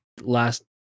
last